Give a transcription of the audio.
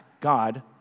God